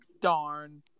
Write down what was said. darn